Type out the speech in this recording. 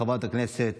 חברת הכנסת